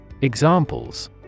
Examples